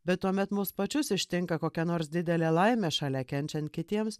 bet tuomet mus pačius ištinka kokia nors didelė laimė šalia kenčiant kitiems